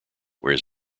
where